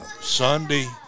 Sunday